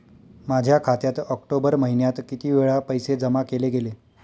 माझ्या खात्यात ऑक्टोबर महिन्यात किती वेळा पैसे जमा केले गेले?